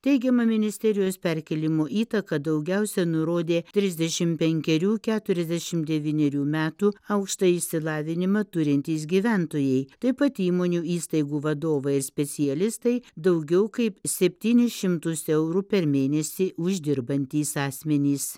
teigiama ministerijos perkėlimo įtaką daugiausia nurodė trisdešim penkerių keturiasdešim devynerių metų aukštąjį išsilavinimą turintys gyventojai taip pat įmonių įstaigų vadovai specialistai daugiau kaip septynis šimtus eurų per mėnesį uždirbantys asmenys